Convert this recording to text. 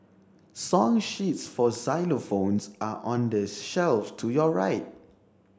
song sheets for xylophones are on the shelf to your right